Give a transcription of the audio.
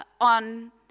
on